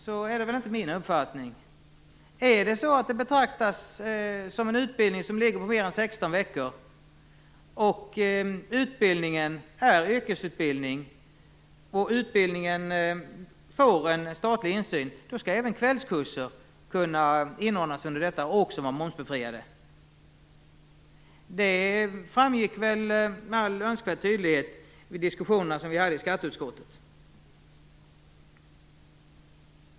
Det är inte min uppfattning. Betraktas det som en utbildning som är mer än 16 veckor, är yrkesutbildning och får statlig insyn skall även kvällskurser kunna inordnas under detta och också vara momsbefriade. Det framgick med all önskvärd tydlighet vid de diskussioner vi hade i skatteutskottet.